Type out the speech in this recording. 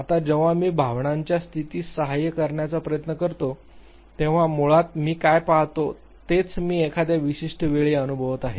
आता जेव्हा मी भावनांच्या स्थितीस सहाय्य करण्याचा प्रयत्न करतो तेव्हा मुळात मी काय पाहतो तेच मी एखाद्या विशिष्ट वेळी अनुभवत आहे